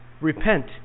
Repent